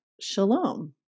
Shalom